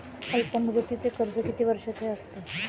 अल्पमुदतीचे कर्ज किती वर्षांचे असते?